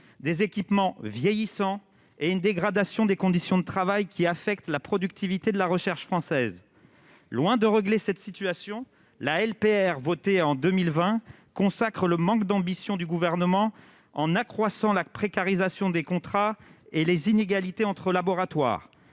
des équipements vieillissants, ainsi que la dégradation des conditions de travail qui affecte la productivité de la recherche française. Loin de régler le problème, la loi de programmation de la recherche (LPR) votée en 2020 consacre le manque d'ambition du Gouvernement, en accroissant la précarisation des contrats et les inégalités entre laboratoires.